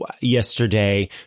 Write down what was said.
yesterday